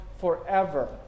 forever